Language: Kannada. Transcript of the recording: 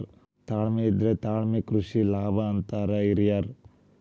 ತಾಳ್ಮೆ ಇದ್ರೆ ತಾಳೆ ಕೃಷಿ ಲಾಭ ಅಂತಾರ ಹಿರ್ಯಾರ್